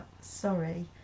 sorry